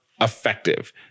effective